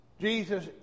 Jesus